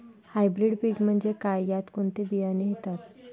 Hybrid पीक म्हणजे काय? यात कोणते बियाणे येतात?